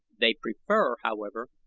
they prefer however,